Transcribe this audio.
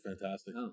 fantastic